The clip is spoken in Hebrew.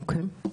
אוקי.